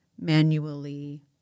manually